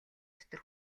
дотор